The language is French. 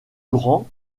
grand